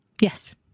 Yes